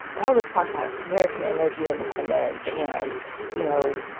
all this talk about american energy independence and you know,